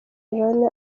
lady